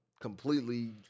completely